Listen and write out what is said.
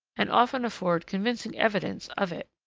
and often afford convincing evidence of it.